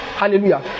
Hallelujah